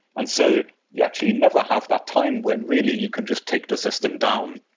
and so you actually never have that time when really you can just take the system down,